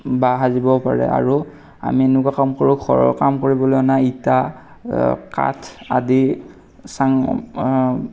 বাঁহ সাজিব পাৰে আৰু আমি এনেকুৱা কাম কৰোঁ ঘৰৰ কাম কৰিবলৈও আমাৰ ইটা কাঠ আদি চাঙ